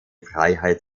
freiheit